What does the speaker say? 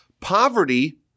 poverty